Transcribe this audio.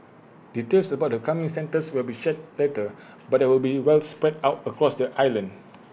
details about the coming centres will be shared later but they will be well spread out across their